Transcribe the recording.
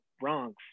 Bronx